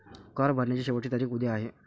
कर भरण्याची शेवटची तारीख उद्या आहे